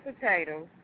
potatoes